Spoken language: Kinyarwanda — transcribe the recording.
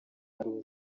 hari